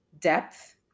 depth